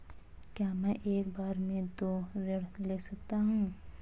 क्या मैं एक बार में दो ऋण ले सकता हूँ?